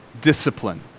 discipline